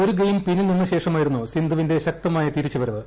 ഒരു ഗെയിം പിന്നിൽ നന്ന ശേഷമായിരുന്നു സിന്ധുവിന്റെ ശക്തമായ തിരിച്ചു വരവ്